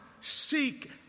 seek